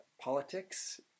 politics